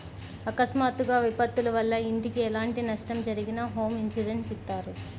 అకస్మాత్తుగా విపత్తుల వల్ల ఇంటికి ఎలాంటి నష్టం జరిగినా హోమ్ ఇన్సూరెన్స్ ఇత్తారు